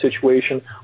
situation